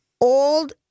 old